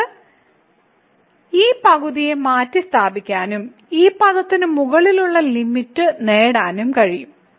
നമുക്ക് ഈ പകുതിയെ മാറ്റിസ്ഥാപിക്കാനും ഈ പദത്തിന് മുകളിലുള്ള ലിമിറ്റ് നേടാനും കഴിയും